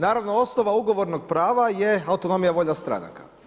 Naravno osnova ugovornog prava je autonomija volja stranaka.